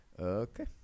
Okay